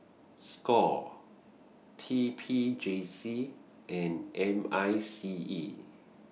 SCORE T P J C and M I C E